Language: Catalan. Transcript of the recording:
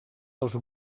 els